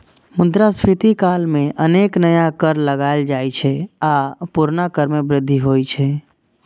मुद्रास्फीति काल मे अनेक नया कर लगाएल जाइ छै आ पुरना कर मे वृद्धि होइ छै